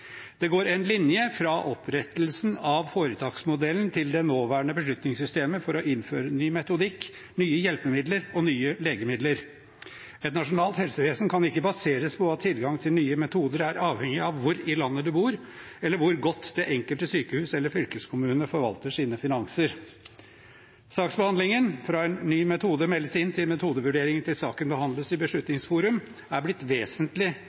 Det går en linje fra opprettelsen av foretaksmodellen til det nåværende beslutningssystemet for å innføre ny metodikk, nye hjelpemidler og nye legemidler. Et nasjonalt helsevesen kan ikke baseres på at tilgang til nye metoder er avhengig av hvor i landet du bor, eller hvor godt det enkelte sykehus eller den enkelte fylkeskommune forvalter sine finanser. Saksbehandlingen – fra en ny metode meldes inn til metodevurderingen, til saken behandles i Beslutningsforum – er blitt vesentlig